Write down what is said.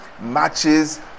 matches